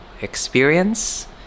experience